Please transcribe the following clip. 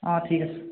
অঁ ঠিক আছে